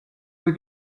will